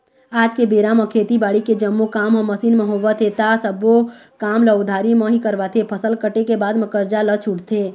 आज के बेरा म खेती बाड़ी के जम्मो काम ह मसीन म होवत हे ता सब्बो काम ल उधारी म ही करवाथे, फसल कटे के बाद म करजा ल छूटथे